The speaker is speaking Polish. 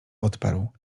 odparł